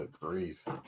grief